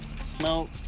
smoke